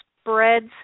spreads